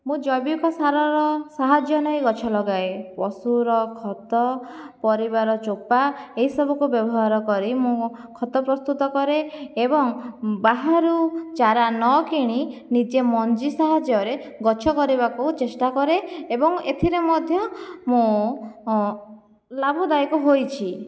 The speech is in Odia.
ମୁଁ ଜୈବିକସାରର ସାହାଯ୍ୟ ନେଇ ଗଛ ଲଗାଏ ପଶୁର ଖତ ପରିବାର ଚୋପା ଏହି ସବୁକୁ ବ୍ୟବହାର କରି ମୁଁ ଖତ ପ୍ରସ୍ତୁତ କରେ ଏବଂ ବାହାରୁ ଚାରା ନକିଣି ନିଜେ ମଞ୍ଜି ସାହାଯ୍ୟରେ ଗଛ କରିବାକୁ ଚେଷ୍ଟା କରେ ଏବଂ ଏଥିରେ ମଧ୍ୟ ମୁଁ ଲାଭଦାୟକ ହୋଇଛି